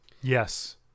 Yes